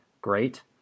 Great